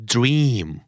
Dream